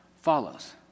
follows